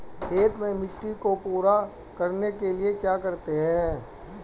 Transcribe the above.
खेत में मिट्टी को पूरा करने के लिए क्या करते हैं?